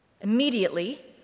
Immediately